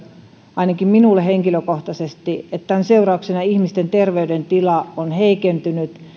ainakin minä henkilökohtaisesti koen näin ihmisten terveydentila on heikentynyt